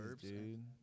dude